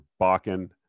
Bakken